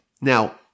Now